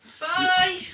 Bye